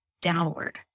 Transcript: downward